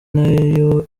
nayo